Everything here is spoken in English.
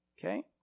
Okay